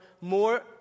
more